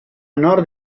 nord